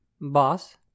Boss